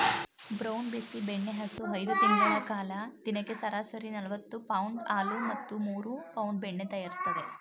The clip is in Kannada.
ಬ್ರೌನ್ ಬೆಸ್ಸಿ ಬೆಣ್ಣೆಹಸು ಐದು ತಿಂಗಳ ಕಾಲ ದಿನಕ್ಕೆ ಸರಾಸರಿ ನಲವತ್ತು ಪೌಂಡ್ ಹಾಲು ಮತ್ತು ಮೂರು ಪೌಂಡ್ ಬೆಣ್ಣೆ ತಯಾರಿಸ್ತದೆ